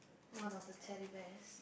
one of the Teddy Bears